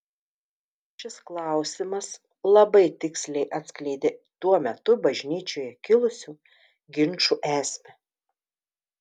šis klausimas labai tiksliai atskleidė tuo metu bažnyčioje kilusių ginčų esmę